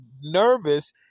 nervous